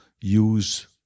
use